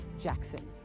Jackson